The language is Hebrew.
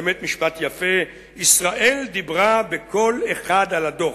באמת משפט יפה: "ישראל דיברה בקול אחד על הדוח.